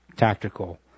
tactical